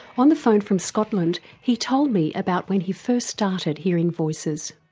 on the phone from scotland he told me about when he first started hearing voices.